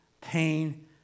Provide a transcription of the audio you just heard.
pain